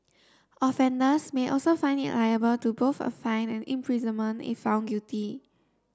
offenders may also liable to both a fine and imprisonment if found guilty